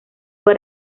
fue